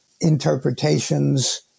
Interpretations